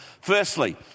Firstly